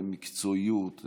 למקצועיות,